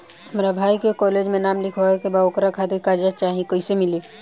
हमरा भाई के कॉलेज मे नाम लिखावे के बा त ओकरा खातिर कर्जा चाही कैसे मिली?